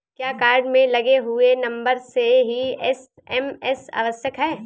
क्या कार्ड में लगे हुए नंबर से ही एस.एम.एस आवश्यक है?